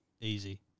easy